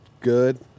good